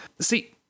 See